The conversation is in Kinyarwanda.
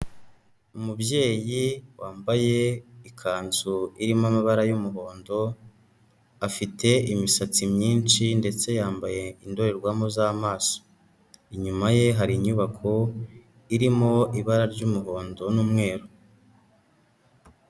Umubyeyi wambaye ikanzu irimo amabara y'umuhondo, afite imisatsi myinshi ndetse yambaye indorerwamo z'amaso, inyuma ye hari inyubako irimo ibara ry'umuhondo n'umweru.